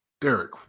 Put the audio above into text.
Derek